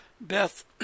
Beth